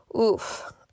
Oof